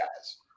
guys